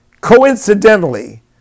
coincidentally